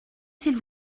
s’il